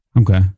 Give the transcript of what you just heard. Okay